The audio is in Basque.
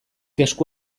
esku